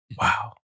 wow